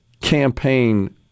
campaign